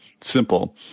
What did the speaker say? simple